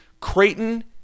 Creighton